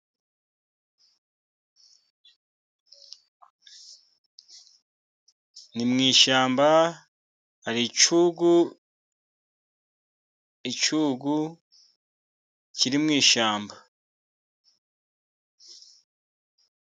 Ni mu ishyamba hari icyugu, icyugu kiri mu ishyamba.